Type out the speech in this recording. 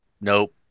Nope